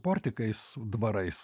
portikais dvarais